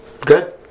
good